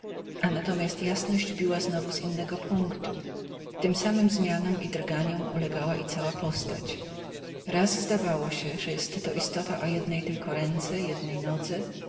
natomiast jasność biła znów z innego punktu tym samym zmianom i drganiom ulegała i cała postać raz zdawało się że jest to istota o jednej tylko ręce jednej nodze